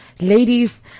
Ladies